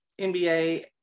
NBA